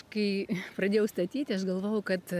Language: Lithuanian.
kai pradėjau statyti aš galvojau kad